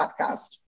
podcast